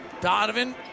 Donovan